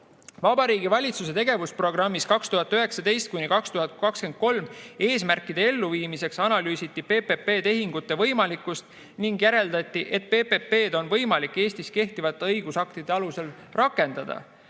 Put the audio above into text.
Vabariigi Valitsuse tegevusprogrammi 2019–2023 eesmärkide elluviimiseks analüüsiti PPP‑tehingute võimalikkust ning järeldati, et PPP‑d on võimalik Eestis kehtivate õigusaktide alusel rakendada.